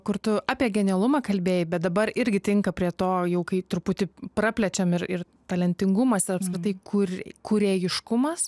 kur tu apie genialumą kalbėjai bet dabar irgi tinka prie to jau kai truputį praplečiam ir ir t alentingumas ir apskritai kur kūrėjiškumas